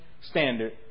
standard